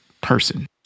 person